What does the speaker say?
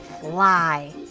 fly